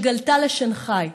שגלתה לשנחאי.